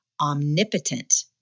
omnipotent